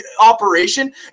operation